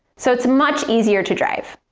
so it's much easier to drive.